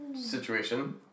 situation